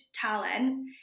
talent